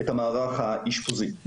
את המערך האשפוזי.